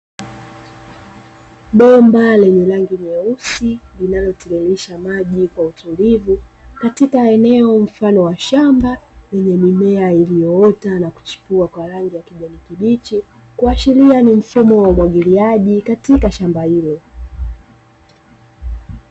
Bomba lenye rangi nyeusi linalotiririsha maji kwa utulivu, katika eneo mfano wa shamba yenye mimea iliyoota na kuchipua kwa rangi ya kijani kibichi, kuashiria ni mfumo wa umwagiliaji katika shamba hilo.